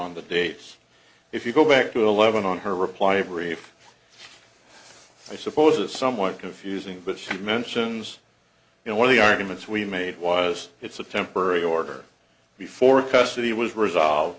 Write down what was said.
d the dates if you go back to eleven on her reply brief i suppose it's somewhat confusing but she mentions you know one of the arguments we made was it's a temporary order before custody was resolved